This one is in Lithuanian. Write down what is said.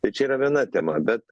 tai čia yra viena tema bet